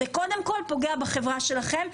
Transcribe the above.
זה קודם כול פוגע בחברה שלכם,